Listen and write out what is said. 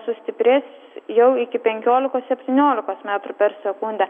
sustiprės jau iki penkiolikos septyniolikos metrų per sekundę